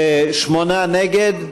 שמונה נגד.